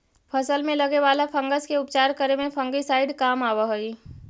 फसल में लगे वाला फंगस के उपचार करे में फंगिसाइड काम आवऽ हई